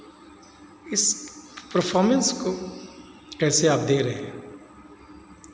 इस परफाॅर्मेंस को कैसे आप दे रहे हैं